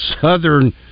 Southern